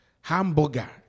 Hamburger